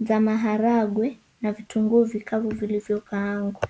za maharagwe na vitumbuo vikavu vilivyo kaangwa.